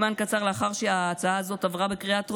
זמן קצר לאחר שההצעה הזאת עברה בקריאה הטרומית,